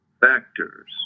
factors